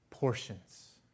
portions